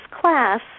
class